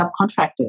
subcontractors